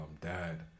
dad